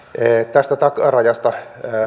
tästä takarajasta